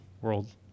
world